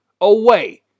away